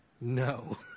No